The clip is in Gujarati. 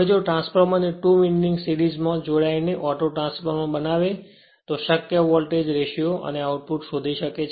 હવે જો ટ્રાન્સફોર્મર ની 2 વિન્ડિંગ સીરીજ માં જોડાઈને ઓટો ટ્રાન્સફોર્મર બનાવે તો શક્ય વોલ્ટેજ રેશિયો અને આઉટપુટ શોધી શકે છે